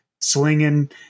slinging